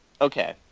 okay